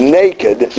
naked